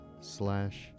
slash